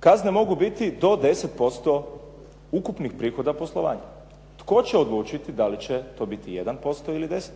kazne mogu biti do 10% ukupnih prihoda poslovanja. Tko će odlučiti da li će to biti 1% ili 10%?